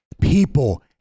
people